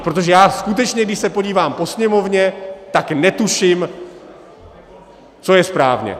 Protože skutečně když se podívám po Sněmovně, tak netuším, co je správně.